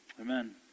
Amen